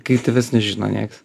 kai tavęs nežino nieks